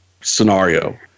scenario